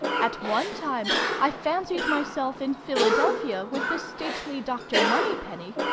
at one time i fancied myself in philadelphia with the stately dr. moneypenny,